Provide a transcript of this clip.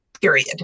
period